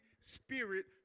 Spirit